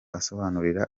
asobanurira